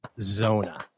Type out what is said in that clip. zona